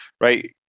right